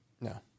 No